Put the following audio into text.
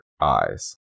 eyes